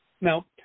Now